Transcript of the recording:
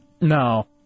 No